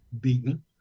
beaten